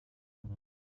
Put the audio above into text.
one